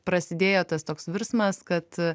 prasidėjo tas toks virsmas kad